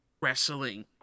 wrestling